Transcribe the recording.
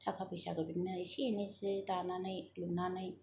थाखा फैसा बिदिनो एसे एनै जि दानानै लुनानै